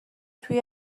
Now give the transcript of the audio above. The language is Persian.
توی